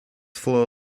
flow